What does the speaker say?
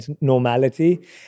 normality